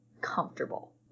comfortable